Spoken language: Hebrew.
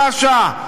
שעה-שעה.